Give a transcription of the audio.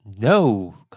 no